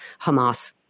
Hamas